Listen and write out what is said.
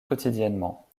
quotidiennement